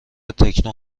تکنو